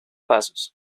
pasos